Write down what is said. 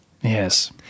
Yes